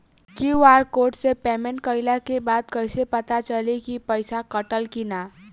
QR code से payment कईला के बाद कईसे पता चली की पैसा कटल की ना?